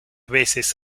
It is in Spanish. veces